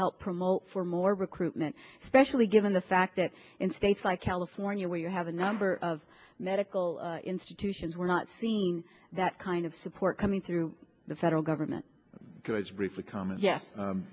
help promote for more recruitment especially given the fact that in states like california where you have a number of medical institutions we're not seen that kind of support coming through the federal government guys briefly comment ye